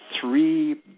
three